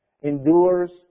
endures